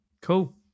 Cool